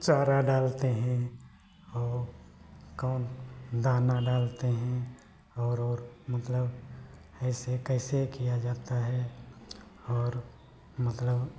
चारा डालते हैं और काम दाना डालते हैं और मतलब ऐसे कैसे किया जाता है और मतलब